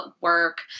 work